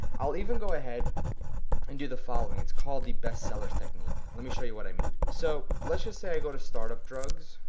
i'll even go ahead and do the following, it's called the bestseller's technique. let me show you what i mean. so let's just say i go to startup drugz,